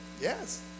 Yes